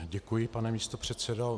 Děkuji, pane místopředsedo.